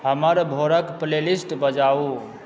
हमर भोरक playlist बजाउ